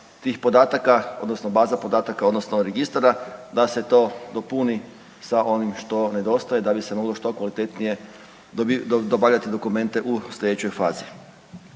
tih podataka, odnosno baza podataka, odnosno registara da se to dopuni sa onim što nedostaje da bi se moglo što kvalitetnije dobavljati dokumente u sljedećoj fazi.